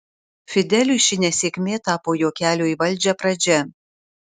fideliui ši nesėkmė tapo jo kelio į valdžią pradžia